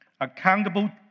accountable